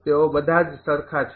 તેઓ બધા જ સરખા છે